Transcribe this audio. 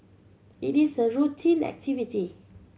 it is a routine activity